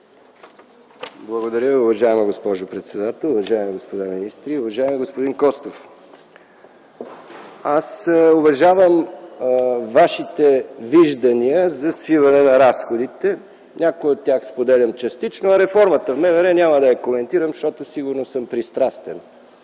Благодаря. Уважаема госпожо председател, уважаеми господа министри, уважаеми господин Костов! Аз уважавам Вашите виждания за свиване на разходите, някои от тях споделям частично. Реформата в МВР няма да я коментирам, защото сигурно съм пристрастен.